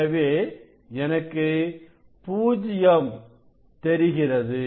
எனவே எனக்கு 0 தெரிகிறது